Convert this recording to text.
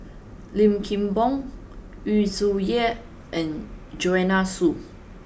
Lim Kim Boon Yu Zhuye and Joanne Soo